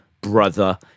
brother